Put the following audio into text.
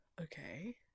okay